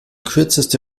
kürzeste